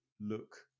look